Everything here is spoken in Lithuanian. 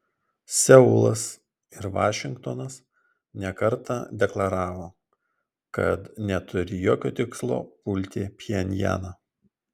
seulas ir vašingtonas ne kartą deklaravo kad neturi jokio tikslo pulti pchenjaną